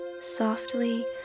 Softly